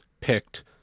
picked